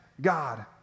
God